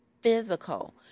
physical